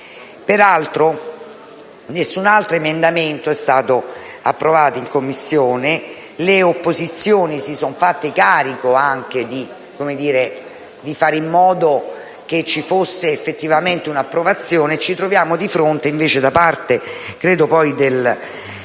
Peraltro, nessun altro emendamento è stato approvato in Commissione. Le opposizioni si sono fatte carico anche di fare in modo che ci fosse effettivamente un'approvazione; ci troviamo invece di fronte